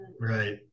Right